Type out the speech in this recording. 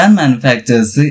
manufacturers